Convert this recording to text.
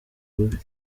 bubi